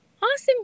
Awesome